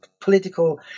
political